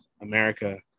America